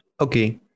Okay